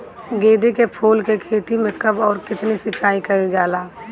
गेदे के फूल के खेती मे कब अउर कितनी सिचाई कइल जाला?